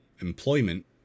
employment